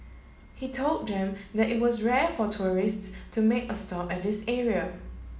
he told them that it was rare for tourists to make a stop at this area